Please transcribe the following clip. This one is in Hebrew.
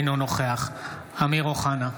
אינו נוכח אמיר אוחנה,